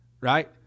right